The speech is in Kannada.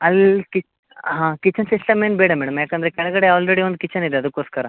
ಅಲ್ಲಿ ಕಿಚನ್ ಸಿಸ್ಟಮ್ ಏನು ಬೇಡ ಮೇಡಮ್ ಯಾಕಂದ್ರೆ ಕೆಳಗಡೆ ಆಲ್ರೆಡಿ ಒಂದು ಕಿಚನ್ ಇದೆ ಅದ್ಕೋಸ್ಕರ